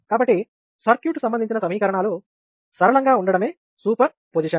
కాబట్టి సర్క్యూట్ సంబంధించిన సమీకరణాలు సరళంగా ఉండడమే సూపర్ పొజిషన్